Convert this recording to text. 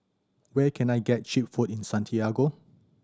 where can I get cheap food in Santiago